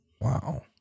Wow